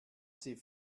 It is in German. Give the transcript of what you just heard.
sie